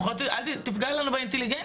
לפחות אל תפגע לנו באינטליגנציה.